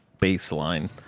baseline